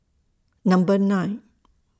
Number nine